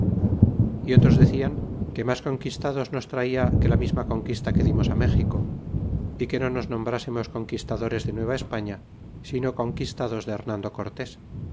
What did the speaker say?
y otros decian que mas conquistados nos traia que la misma conquista que dimos méxico y que no nos nombrásemos conquistadores de nueva espaila sino conquistados de llenando cortés